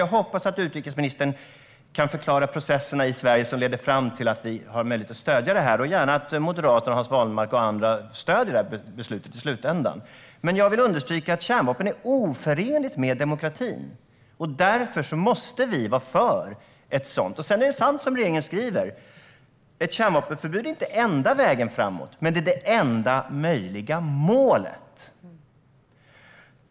Jag hoppas att utrikesministern kan förklara processerna i Sverige som leder fram till att vi har möjlighet att stödja detta och gärna till att moderater, Hans Wallmark och andra, stöder beslutet i slutändan. Jag vill understryka att kärnvapen är oförenligt med demokratin. Därför måste vi vara för ett förbud. Sedan är det sant som regeringen skriver. Ett kärnvapenförbud är inte enda vägen framåt, men det är det enda möjliga målet.